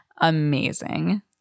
amazing